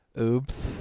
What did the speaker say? Oops